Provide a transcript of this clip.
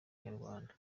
inyarwanda